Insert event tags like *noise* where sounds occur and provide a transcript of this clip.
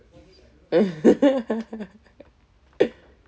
*laughs*